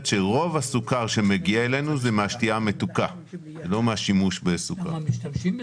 שרוב הסוכר שמגיע אלינו הוא מן השתייה המתוקה ולא מן השימוש בסוכר.